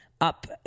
up